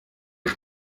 ati